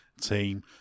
team